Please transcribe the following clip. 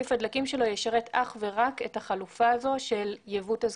רציף הדלקים שלו ישרת אך ורק את החלופה הזו של יבוא תזקיקים.